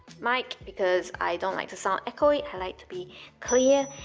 mic because i don't like to sound echo-y. i like to be clear,